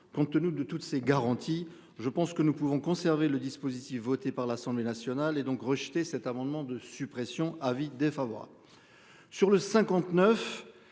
Compte tenu de toutes ces garanties. Je pense que nous pouvons conserver le dispositif voté par l'Assemblée nationale et donc rejeter cet amendement de suppression avis défavorable.